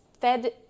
fed